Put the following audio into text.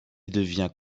devient